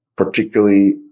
Particularly